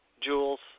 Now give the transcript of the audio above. Jewels